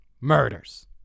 Murders